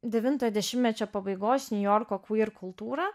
devintojo dešimtmečio pabaigos niujorko kvyr kultūrą